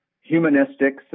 humanistic